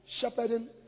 shepherding